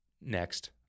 Next